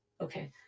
Okay